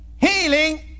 healing